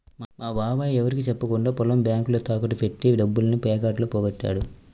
మా బాబాయ్ ఎవరికీ చెప్పకుండా పొలం బ్యేంకులో తాకట్టు బెట్టి డబ్బుల్ని పేకాటలో పోగొట్టాడు